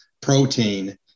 protein